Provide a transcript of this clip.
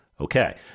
Okay